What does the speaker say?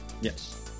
yes